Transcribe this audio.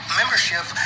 membership